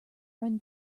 run